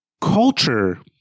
culture